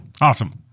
Awesome